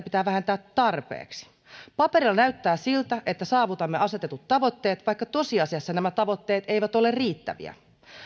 pitää vähentää tarpeeksi paperilla näyttää siltä että saavutamme asetetut tavoitteet vaikka tosiasiassa nämä tavoitteet eivät ole riittäviä